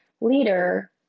leader